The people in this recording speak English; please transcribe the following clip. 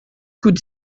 could